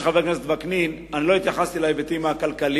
של חבר הכנסת וקנין: אני לא התייחסתי להיבטים הכלכליים,